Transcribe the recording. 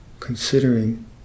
considering